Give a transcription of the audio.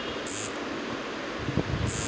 शलगम जरि बला तरकारी जकाँ जमीन केर भीतर बैसै छै